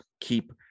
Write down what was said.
keep